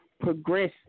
progress